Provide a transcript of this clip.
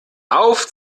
auf